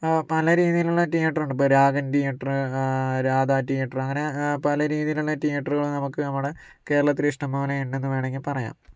പല രീതിലുള്ള തിയേറ്ററുണ്ട് ഇപ്പോൾ രാഗിണി തിയേറ്ററ് രാധാ തിയേറ്ററ് അങ്ങനെ പല രീതിയിലുള്ള തിയേറ്ററുകള് നമുക്ക് ഇവിടെ കേരളത്തില് ഇഷ്ട്ടംപോലെ ഉണ്ടെന്ന് വേണമെങ്കിൽ പറയാം